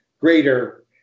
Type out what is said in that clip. greater